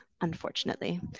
Unfortunately